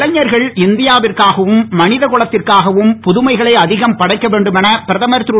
இளைஞர்கள் இந்தியாவிற்காகவும் மனித குலத்திற்காகவும் புதுமைகளை அதிகம் படைக்க வேண்டும் என பிரதமர் திரு